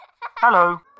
Hello